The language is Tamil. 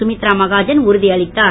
கமித்ரா மகாஜன் உறுதியளித்தார்